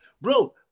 Bro